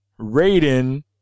Raiden